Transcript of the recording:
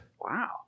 Wow